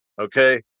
Okay